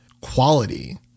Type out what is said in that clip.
quality